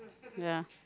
ya